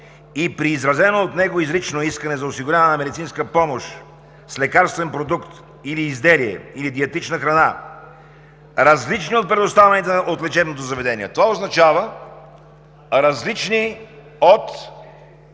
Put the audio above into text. и при изразено от него изрично искане за осигуряване на медицинска помощ с лекарствен продукт или изделие, или диетична храна, различни от предоставените от лечебното заведение…“ Това означава различни от